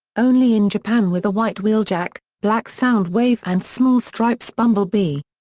only in japan with a white wheeljack, black soundwave and small stripes bumblebee.